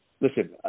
listen